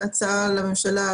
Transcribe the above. מכורים לשעבר,